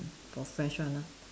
for fresh one ah